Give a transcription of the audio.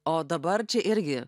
o dabar čia irgi